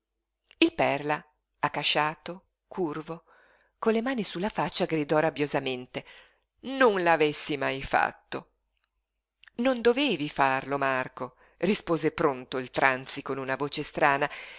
il perla accasciato curvo con le mani su la faccia gridò rabbiosamente non l'avessi mai fatto non dovevi farlo marco rispose pronto il tranzi con una voce strana